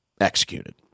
executed